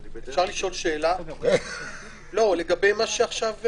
יעקב, אפשר לשאול שאלה לגבי מה שאמרנו?